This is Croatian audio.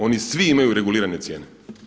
Oni svi imaju regulirane cijene.